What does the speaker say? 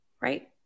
right